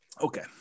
okay